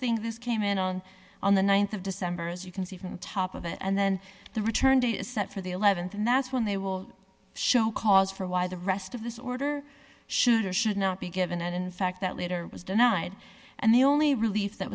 thing this came in on on the th of december as you can see from the top of it and then the return date is set for the th and that's when they will show cause for why the rest of this order should or should not be given and in fact that later was denied and the only relief that